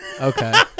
Okay